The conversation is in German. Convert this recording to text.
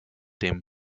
dem